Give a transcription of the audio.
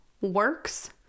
works